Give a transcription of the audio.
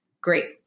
great